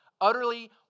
Utterly